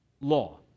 law